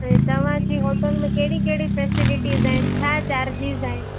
त तव्हांजी होटल में कहिड़ी कहिड़ी फैसिलिटीस आहिनि छा चार्जिस आहिनि